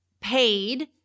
paid